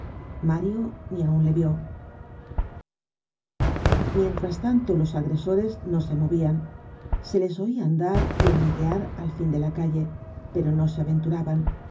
mario ni aun le vió mientras tanto los agresores no se movian se les oia andar y hormiguear al fin de la calle pero no se aventuraban